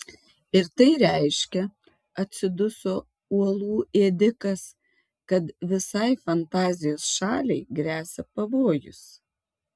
ir tai reiškia atsiduso uolų ėdikas kad visai fantazijos šaliai gresia pavojus